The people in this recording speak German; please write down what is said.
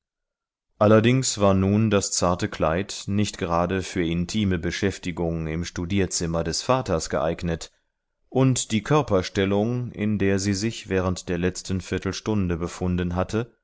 allerdings war nun das zarte kleid nicht gerade für intime beschäftigung im studierzimmer des vaters geeignet und die körperstellung in der sie sich während der letzten viertelstunde befunden hatte